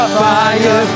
fire